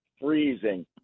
freezing